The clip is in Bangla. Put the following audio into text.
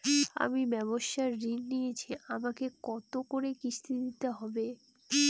আমি ব্যবসার ঋণ নিয়েছি আমাকে কত করে কিস্তি দিতে হবে?